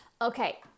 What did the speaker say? Okay